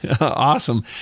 Awesome